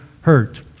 hurt